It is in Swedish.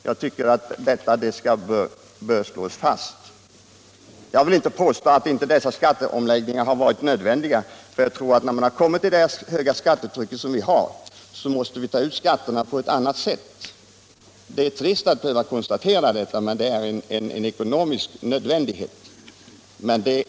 Jag tycker att det bör spikas fast. Jag vill inte påstå att dessa skatteomläggningar inte har varit nödvändiga. Också jag tror nämligen att när man har kommit till det höga skattetryck som vi har, då måste man ta ut skatterna på annat sätt än tidigare. Det är trist att behöva konstatera detta, men tyvärr är det ekonomiskt nödvändigt.